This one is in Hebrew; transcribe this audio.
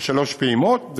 בשלוש פעימות.